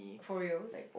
for reals